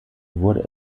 wurde